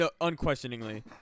unquestioningly